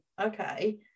okay